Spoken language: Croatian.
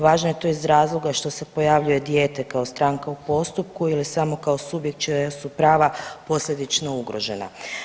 Važno je to iz razloga što se pojavljuje dijete kao stranka u postupku ili samo kao subjekt čija su prava posljedično ugrožena.